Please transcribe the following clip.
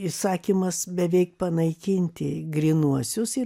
įsakymas beveik panaikinti grynuosius ir